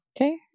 Okay